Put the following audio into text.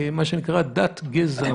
שנבין על מה בדיוק מדובר.